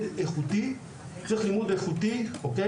בזמנו,